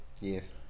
Yes